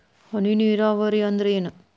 ಹನಿ ನೇರಾವರಿ ಅಂದ್ರೇನ್ರೇ?